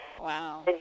Wow